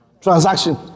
Transaction